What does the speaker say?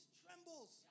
trembles